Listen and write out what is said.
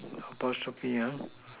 apostrophe